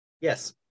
Yes